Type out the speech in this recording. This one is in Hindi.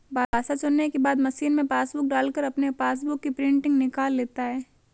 भाषा चुनने के बाद मशीन में पासबुक डालकर अपने पासबुक की प्रिंटिंग निकाल लेता है